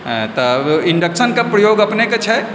तऽ इण्डक्शनके प्रयोग अपनेके छै